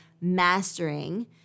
mastering